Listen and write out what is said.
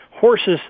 horse's